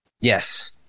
Yes